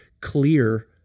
clear